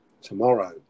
tomorrow